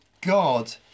God